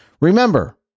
Remember